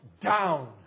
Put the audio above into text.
down